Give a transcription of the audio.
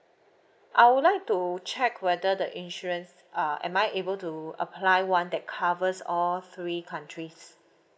I would like to check whether the insurance uh am I able to apply one that covers all three countries